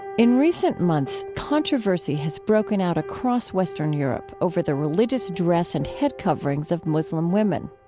in recent months, controversy has broken out across western europe over the religious dress and head coverings of muslim women.